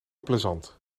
plezant